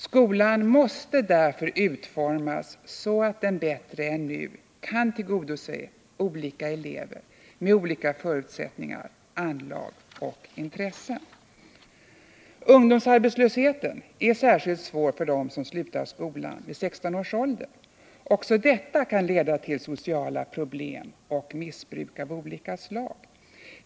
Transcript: Skolan måste därför utformas så att den bättre än nu kan tillgodose olika elever med olika förutsättningar, anlag och intressen. Ungdomsarbetslösheten är särskilt svår för dem som slutar skolan vid 16 års ålder. Också detta kan leda till sociala problem och missbruk av olika slag.